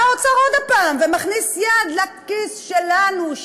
בא האוצר עוד פעם ומכניס יד לכיס שלנו,